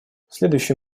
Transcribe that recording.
следующий